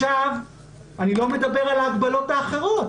אני לא מדבר על ההגבלות האחרות.